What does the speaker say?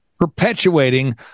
Perpetuating